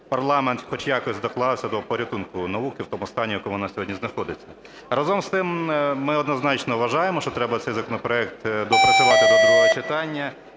парламент хоч якось доклався до порятунку науки в тому стані, в якому вона сьогодні знаходиться. Разом з тим ми однозначно вважаємо, що треба цей законопроект доопрацювати до другого читання